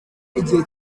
igihe